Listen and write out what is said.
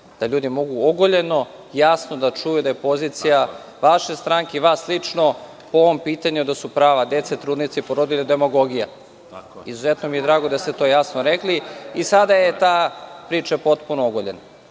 da ljudi mogu ogoljeno, jasno da čuju da je pozicija vaše stranke i vas lično po ovom pitanju, da su prava dece, trudnica i porodilja demagogija. Izuzetno mi je drago da ste to jasno rekli. I sada je ta priča potpuno ogoljena. Što